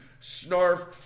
Snarf